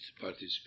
participate